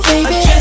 Baby